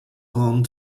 home